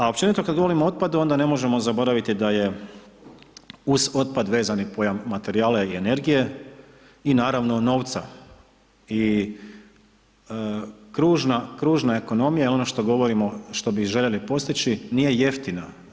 A općenito kad govorimo o otpadu onda ne možemo zaboraviti da je uz otpad vezan i pojam materijala i energije i naravno novca i kružna ekonomija, ono što govorimo što bi željeli postići nije jeftina.